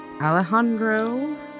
Alejandro